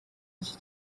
iki